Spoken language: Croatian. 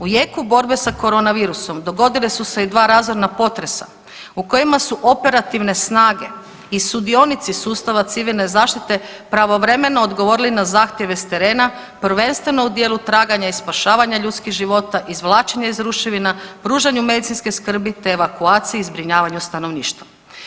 U jeku borbe sa koronavirusom dogodila su se i dva razorna potresa u kojima su operativne snage i sudionici sustava civilne zaštite pravovremeno odgovorili na zahtjeve s terena, prvenstveno u dijelu traganja i spašavanja ljudskih života, izvlačenja iz ruševina, pružanju medicinske skrbi, te evakuaciji i zbrinjavanju stanovništva.